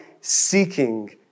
seeking